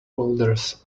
boulders